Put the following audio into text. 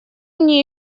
мне